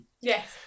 Yes